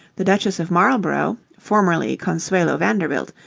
the duchess of marlborough, formerly consuelo vanderbilt,